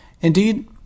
Indeed